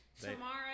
tomorrow